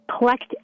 Collect